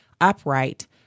upright